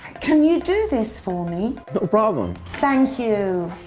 can you do this for me? no problem. thank you!